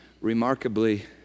remarkably